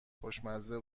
خوشمزه